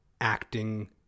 acting